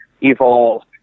evolved